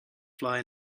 fly